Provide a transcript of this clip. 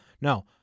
No